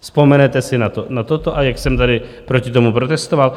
Vzpomenete si na to, na toto, a jak jsem tady proti tomu protestoval?